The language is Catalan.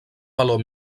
valor